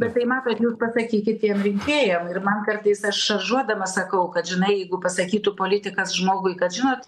bet tai matot jūs pasakykit tiem rinkėjam ir man kartais aš šaržuodama sakau kad žinai jeigu pasakytų politikas žmogui kad žinot